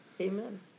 Amen